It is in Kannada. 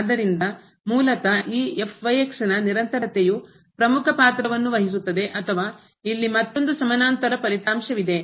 ಆದ್ದರಿಂದ ಮೂಲತಃ ಈ ನ ನಿರಂತರತೆಯು ಪ್ರಮುಖ ಪಾತ್ರವನ್ನು ವಹಿಸುತ್ತದೆ ಅಥವಾ ಇಲ್ಲಿ ಮತ್ತೊಂದು ಸಮಾನಾಂತರ ಫಲಿತಾಂಶವಿದೆ